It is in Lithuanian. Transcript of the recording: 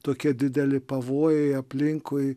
tokia dideli pavojai aplinkui